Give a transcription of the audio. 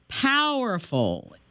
Powerful